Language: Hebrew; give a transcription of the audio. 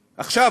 עכשיו,